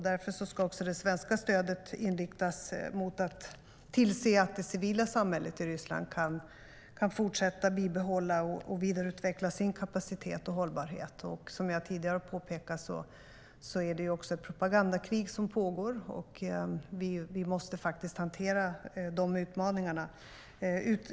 Därför ska också det svenska stödet inriktas mot att tillse att det civila samhället i Ryssland kan bibehålla och vidareutveckla sin kapacitet och hållbarhet. Som jag tidigare har påpekat är det också ett propagandakrig som pågår, och vi måste faktiskt hantera de utmaningarna.